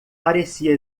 parecia